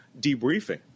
debriefing